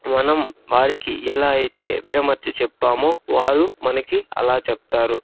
మనం వారికి ఎలా అయితే విడమరిచి చెప్పామో వారు మనకి అలా చెప్తారు